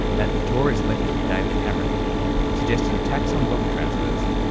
that notorious leftie, david cameron suggested a tax on wealth transfers.